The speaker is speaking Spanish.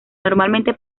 normalmente